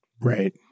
Right